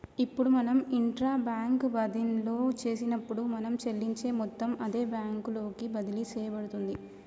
ఇప్పుడు మనం intra bank బదిన్లో చేసినప్పుడు మనం చెల్లించే మొత్తం అదే బ్యాంకు లోకి బదిలి సేయబడుతుంది